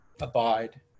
abide